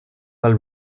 while